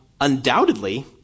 undoubtedly